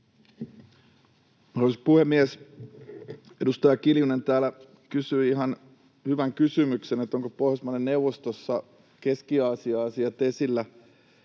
Arvoisa puhemies! Edustaja Kiljunen täällä kysyi ihan hyvän kysymyksen, että onko Pohjoismaiden neuvostossa Keski-Aasian asiat esillä.